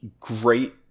great